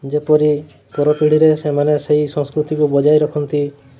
ଯେପରି ପର ପିଢ଼ିରେ ସେମାନେ ସେହି ସଂସ୍କୃତିକୁ ବଜାଇ ରଖନ୍ତି